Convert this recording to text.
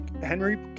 Henry